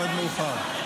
במועד אחר.